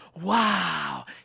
wow